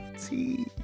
tea